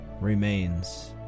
remains